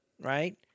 right